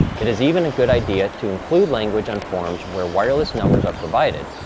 it is even a good idea to include language on forms where wireless numbers are provided,